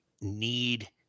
need